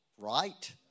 Right